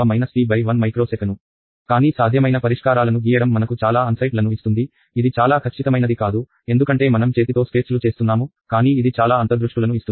కానీ సాధ్యమైన పరిష్కారాలను గీయడం మనకు చాలా అంతర్దృష్టు లను ఇస్తుంది ఇది చాలా ఖచ్చితమైనది కాదు ఎందుకంటే మనం చేతితో స్కెచ్లు చేస్తున్నాము కానీ ఇది చాలా అంతర్దృష్టులను ఇస్తుంది